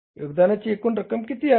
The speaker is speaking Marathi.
योगदानाची एकूण रक्कम किती आहे